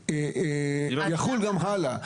יחול גם הלאה.